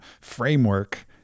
framework